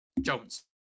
jones